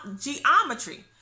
geometry